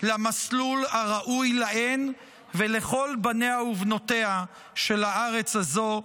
למסלול הראוי להן ולכל בניה ובנותיה של הארץ הזו.